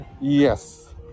Yes